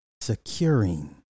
Securing